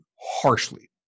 harshly